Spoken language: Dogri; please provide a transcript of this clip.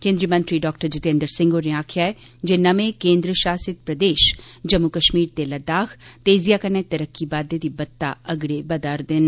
केन्द्री मंत्री डाक्टर जीतेन्द्र सिंह होरें आखेआ ऐ जे नमें केन्द्र शासित प्रदेश जम्मू कश्मीर ते लद्दाख तेजिआ कन्नै तरक्की बाद्दे दी बत्त अगड़े बधा'रदे न